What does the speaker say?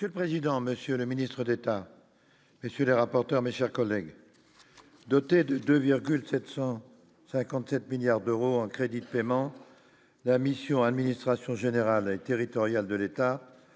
Monsieur le président, Monsieur le Ministre d'État, monsieur le rapporteur, mes chers collègues, doté de 2,757 milliards d'euros en crédit de paiement, la mission administration générale et territoriale de l'État